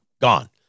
gone